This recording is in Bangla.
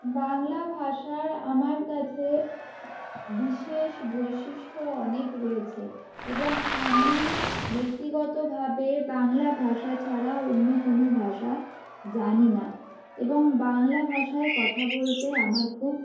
বাংলা ভাষার আমার কাছে বিশেষ বৈশিষ্ট অনেক রয়েছে এবং আমি ব্যক্তিগতভাবে বাংলা ভাষা ছাড়া অন্য কোনো ভাষা জানি না এবং বাংলা ভাষায় কথা বলতে আমার খুব